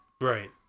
Right